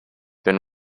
been